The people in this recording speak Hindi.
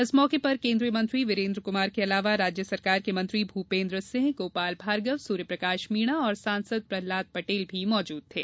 इस मौके पर केंद्रीय मंत्री वीरेंद्र कुमार के अलावा राज्य सरकार के मंत्री भूपेंद्र सिंह गोपाल भार्गव सूर्यप्रकाश मीणा और सांसद प्रहलाद पटेल भी मौजूद थे